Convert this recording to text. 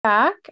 back